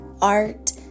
art